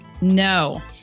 No